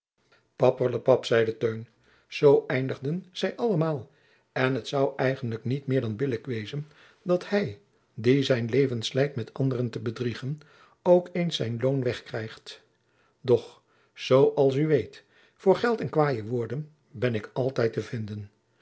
papperlepap zeide teun zoo eindigen zij allemaôl en het zou eigenlijk niet meer dan billijk wezen dat hij die zijn leven slijt met anderen te bedriegen ook eens zijn loon wegkrijgt doch zoo als oe weet voor geld en kwaje woorden ben ik altijd te vinden